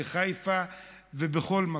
בחיפה ובכל מקום,